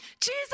Jesus